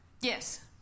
Yes